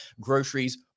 groceries